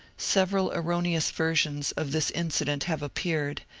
several erroneous versions of this incident have appeared,